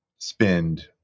spend